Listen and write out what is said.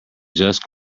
just